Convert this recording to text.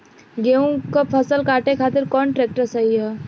गेहूँक फसल कांटे खातिर कौन ट्रैक्टर सही ह?